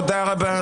תודה רבה.